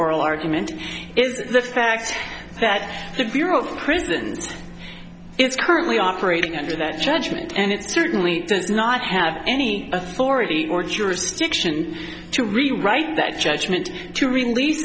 argument is the fact that the bureau of prisons it's currently operating under that judgment and it certainly does not have any authority or jurisdiction to rewrite that judgment to release